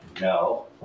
No